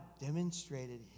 demonstrated